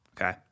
okay